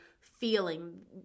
feeling